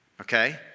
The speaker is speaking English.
Okay